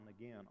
again